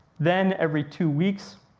then every two weeks,